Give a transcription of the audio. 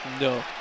No